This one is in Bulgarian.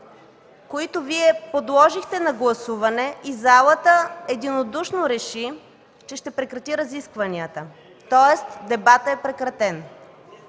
които Вие подложихте на гласуване и залата единодушно реши, че ще прекрати разискванията, тоест дебатът е прекратен.